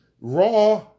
raw